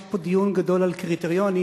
יש פה דיון גדול על קריטריונים,